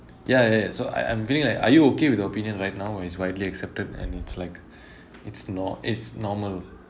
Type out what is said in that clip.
ya ya ya so I I'm feeling like are you okay with the opinion right now it's widely accepted and it's like it's nor~ it's normal